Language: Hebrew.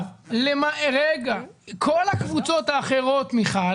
הן בתוך המקצעות השוחקים